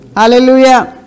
Hallelujah